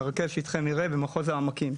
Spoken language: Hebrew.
מרכז שטחי מרעה במחוז העמקים,